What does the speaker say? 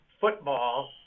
football